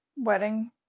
Wedding